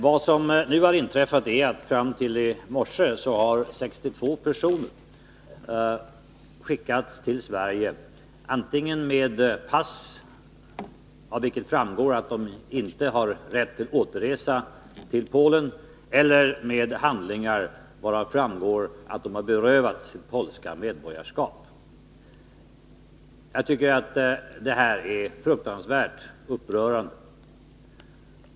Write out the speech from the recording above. Vad som har inträffat är att 62 personer fram till i morse har skickats till Sverige antingen med pass, av vilka framgår att personerna inte har rätt att återresa till Polen, eller med handlingar, av vilka framgår att de har berövats sitt polska medborgarskap. Jag tycker att detta är fruktansvärt upprörande.